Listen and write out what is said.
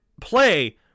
play